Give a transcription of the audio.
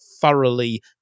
thoroughly